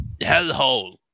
hellhole